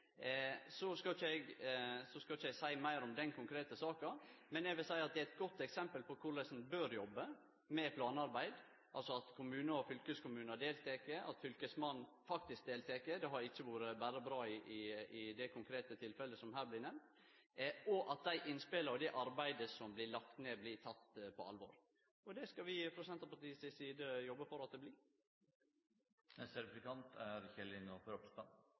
Så skal eg ikkje seie meir om den konkrete saka, men eg vil seie at det er eit godt eksempel på korleis ein bør jobbe med planarbeid, altså at kommunar og fylkeskommunar deltek, at fylkesmannen faktisk deltek – det har ikkje vore berre bra i det konkrete tilfellet som her blir nemnt – og at innspela og det arbeidet som blir lagt ned, blir tekne på alvor. Det skal vi frå Senterpartiet si side jobbe for at det blir. Nå er